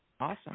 Awesome